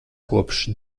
kopš